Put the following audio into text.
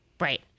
Right